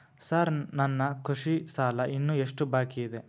Sir ನನ್ನ ಕೃಷಿ ಸಾಲ ಇನ್ನು ಎಷ್ಟು ಬಾಕಿಯಿದೆ?